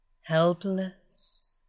helpless